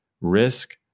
risk